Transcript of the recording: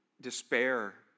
despair